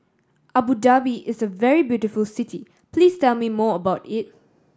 Abu Dhabi is a very beautiful city please tell me more about it